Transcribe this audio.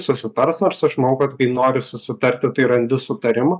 susitars nors aš manau kad kai noriu susitarti tai randi sutarimą